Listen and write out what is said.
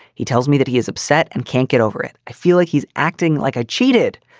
he tells me that he is upset and can't get over it. i feel like he's acting like i cheated.